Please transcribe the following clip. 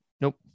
Nope